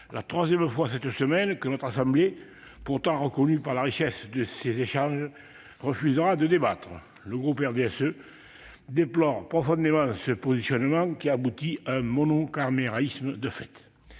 la troisième fois cette semaine que notre assemblée, pourtant reconnue pour la richesse de ses échanges, refusera de débattre. Le groupe RDSE déplore profondément ce positionnement qui aboutit à un monocamérisme de fait.